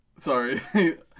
Sorry